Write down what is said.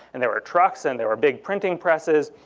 and there were trucks, and there were big printing presses.